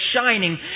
shining